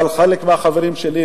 אבל חלק מהחברים שלי,